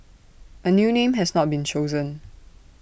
A new name has not been chosen